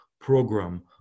program